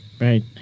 Right